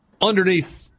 Underneath